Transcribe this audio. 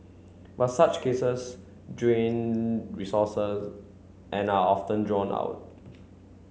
but such cases drain resources and are often drawn out